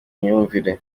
imyumvire